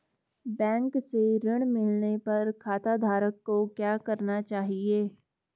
Bank से ऋण मिलने पर खाताधारक को क्या करना चाहिए?